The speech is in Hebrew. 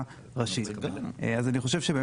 במקרה הזה אני חושב שצריך להוריד דיווחים אחרים.